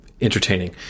entertaining